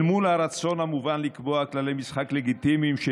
אל מול הרצון המובן לקבוע כללי משחק לגיטימיים של